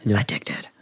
addicted